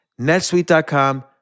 netsuite.com